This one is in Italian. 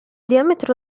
diametro